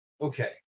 okay